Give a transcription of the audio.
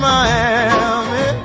Miami